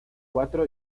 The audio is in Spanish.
cuatro